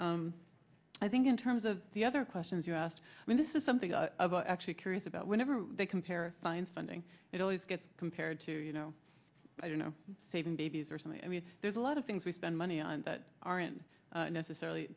i think in terms of the other questions you asked i mean this is something i actually curious about whenever they compare science funding it always gets compared to you know i don't know saving babies or something i mean there's a lot of things we spend money on that aren't necessarily